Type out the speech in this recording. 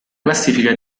classifica